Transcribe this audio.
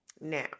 Now